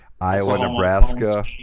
Iowa-Nebraska